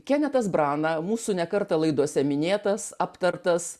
kenetas brana mūsų ne kartą laidose minėtas aptartas